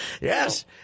Yes